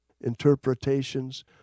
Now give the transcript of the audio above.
interpretations